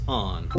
on